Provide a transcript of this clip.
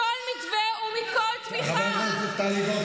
הפקירה את אופקים, הזניחה אותה בציניות.